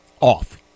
off